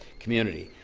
community.